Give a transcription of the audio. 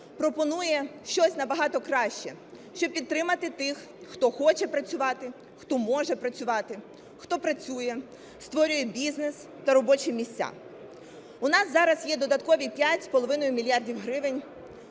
пропонує щось набагато краще, щоб підтримати тих, хто хоче працювати, хто може працювати, хто працює, створює бізнес та робочі місця. У нас зараз є додаткові 5,5 мільярда гривень